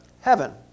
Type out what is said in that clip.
Heaven